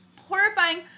horrifying